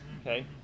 okay